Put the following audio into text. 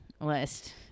list